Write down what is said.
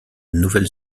nouvelle